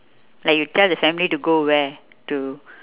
like you tell the family to go where to